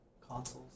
consoles